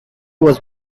was